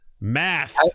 math